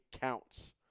Counts